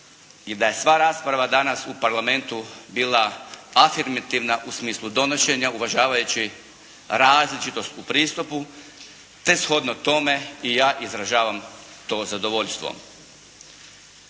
i da je sva rasprava danas u Parlamentu bila afirmativna u smislu donošenja uvažavajući različitost u pristupu te shodno tome i ja izražavam to zadovoljstvo.